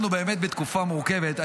אנחנו באמת בתקופה מורכבת.